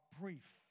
brief